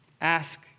Ask